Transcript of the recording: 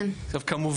אני אמרתי עניין עובדתי.